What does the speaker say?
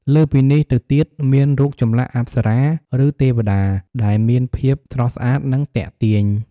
លើសពីនេះ ទៅទៀតមានរូបចម្លាក់អប្សរា ឬទេវតាដែលមានភាពស្រស់ស្អាត និងទាក់ទាញ។